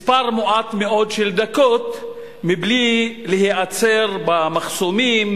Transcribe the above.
מספר מועט מאוד של דקות, מבלי להיעצר במחסומים,